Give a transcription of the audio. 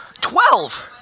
Twelve